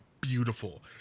beautiful